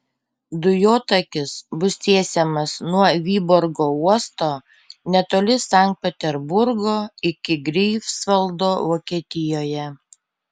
dujotakis bus tiesiamas nuo vyborgo uosto netoli sankt peterburgo iki greifsvaldo vokietijoje